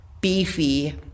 beefy